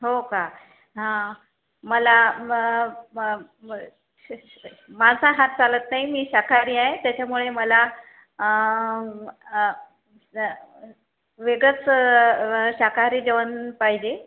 हो का हा मला श श मांसाहार चालत नाही मी शाकाहारी आहे त्याच्यामुळे मला वेगळंच शाकाहारी जेवण पाहिजे